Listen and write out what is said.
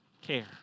care